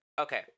Okay